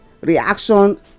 Reaction